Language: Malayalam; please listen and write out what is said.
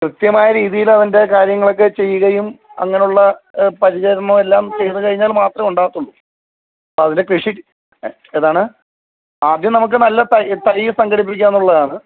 കൃത്യമായ രീതിയിൽ അതിൻ്റെ കാര്യങ്ങളൊക്കെ ചെയ്യുകയും അങ്ങനെയുള്ള പരിചരണവും എല്ലാം ചെയ്ത് കഴിഞ്ഞാൽ മാത്രമേ ഉണ്ടാവുള്ളൂ അപ്പം അതിൻ്റെ കൃഷി ഏതാണ് ആദ്യം നമുക്ക് നല്ല തൈ തൈ സംഘടിപ്പിക്കുക എന്നുള്ളതാണ്